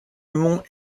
mont